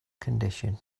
condition